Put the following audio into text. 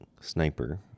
Sniper